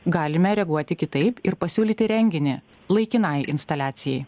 galime reaguoti kitaip ir pasiūlyti renginį laikinai instaliacijai